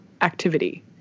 activity